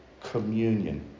communion